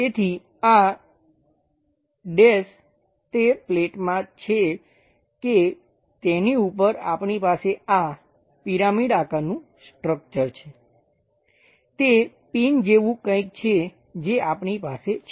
તેથી આ ડેશ તે પ્લેટમાં છે કે તેની ઉપર આપણી પાસે આ પિરામિડ આકારનું સ્ટ્રક્ચર છે તે પિન જેવું કંઈક છે જે આપણી પાસે છે